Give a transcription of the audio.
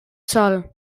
sol